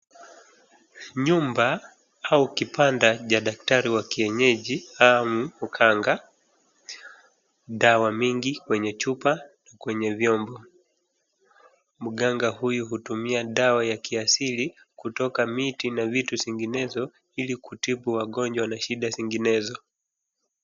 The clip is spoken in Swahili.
Nyumba au kibanda cha daktari wa kienyeji ama uganga, dawa mingi kwenye chupa, kwenye vyombo. Mganga huyu hutumia dawa ya kiasili kutoka miti na vitu zinginezo ili kutibu wagonjwa na shida zinginezo.